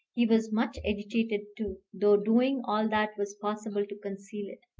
he was much agitated too, though doing all that was possible to conceal it.